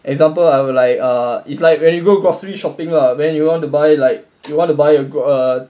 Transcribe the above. example I will like when you go grocery shopping lah when you want to buy like you want to buy err